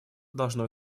должно